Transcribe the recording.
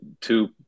two